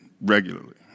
regularly